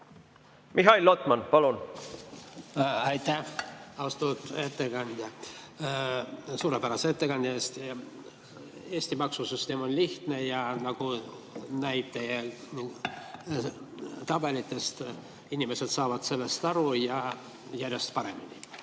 Mihhail Lotman, palun! Aitäh, austatud ettekandja, suurepärase ettekande eest! Eesti maksusüsteem on lihtne ja nagu näeb teie tabelitest, inimesed saavad sellest aru, ja järjest paremini.